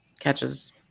catches